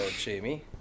Jamie